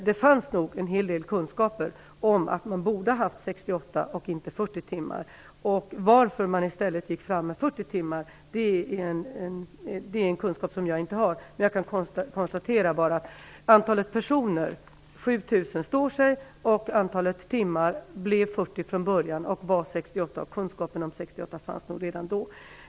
Det fanns nog en hel del kunskaper om att man borde ha haft 68 och inte 40 timmar. Varför man i stället gick fram med 40 timmar vet jag inte. Vad jag kan konstatera är att antalet personer som berörs av reformen, dvs. 7 000, står sig, att antalet timmar blev 40 och att kunskapen om 68 nog fanns redan från början.